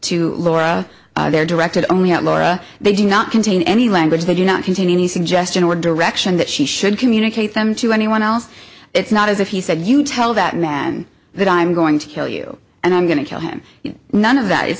to laura they're directed only at laura they do not contain any language they do not contain any suggestion or direction that she should communicate them to anyone else it's not as if he said you tell that man that i'm going to kill you and i'm going to kill him none of that i